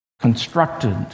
constructed